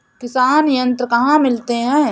किसान यंत्र कहाँ मिलते हैं?